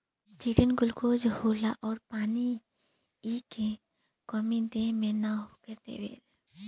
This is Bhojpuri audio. चिटिन में गुलकोज होला अउर इ पानी के कमी देह मे ना होखे देवे